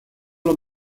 los